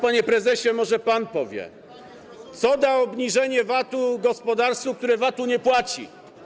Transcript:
Panie prezesie, może pan powie, co da obniżenie VAT-u gospodarstwu, które VAT-u nie płaci.